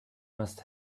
must